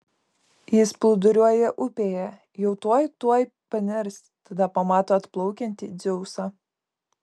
jis plūduriuoja upėje jau tuoj tuoj panirs tada pamato atplaukiantį dzeusą